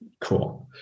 cool